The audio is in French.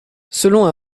selon